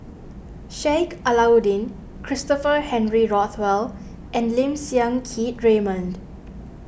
Sheik Alau'ddin Christopher Henry Rothwell and Lim Siang Keat Raymond